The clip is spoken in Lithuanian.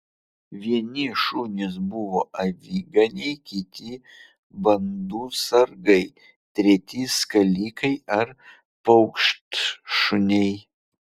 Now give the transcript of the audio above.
vieni šunys buvo aviganiai kiti bandų sargai treti skalikai ar paukštšuniai